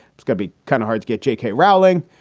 it's gotta be kind of hard to get j k. rowling.